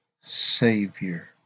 Savior